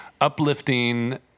uplifting